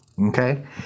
okay